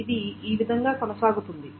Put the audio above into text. ఇది ఈ విధంగా కొనసాగుతుంది